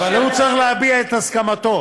אבל הוא צריך להביע את הסכמתו.